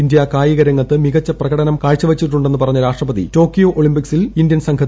India കായികരംഗത്ത് മികച്ച പ്രകടനം കാഴ്ചവച്ചിട്ടുണ്ടെന്നു പറഞ്ഞ രാഷ്ട്രപതി ടോക്കിയോ ഒളിമ്പിക്സിൽ ഇന്ത്യൻ സംഘത്തിന് ആശംസ നേർന്നു